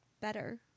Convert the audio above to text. better